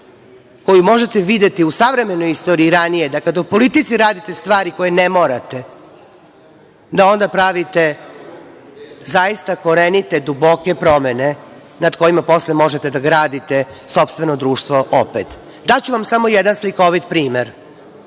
koju možete videti u savremenoj istoriji ranije, dakle da u politici radite stvari koje ne morate, da onda pravite zaista korenite, duboke promene nad kojima posle možete da gradite sopstveno društvo opet. Daću vam samo jedan slikovit primer.